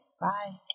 Bye